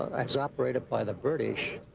as operated by the british,